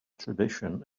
tradition